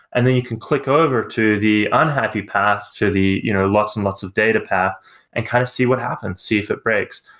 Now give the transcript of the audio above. and then you can click over to the unhappy path to the you know lots and lots of data path and kind of see what happens. see if it breaks.